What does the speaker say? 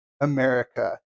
America